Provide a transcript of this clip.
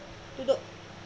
duduk